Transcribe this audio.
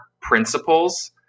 principles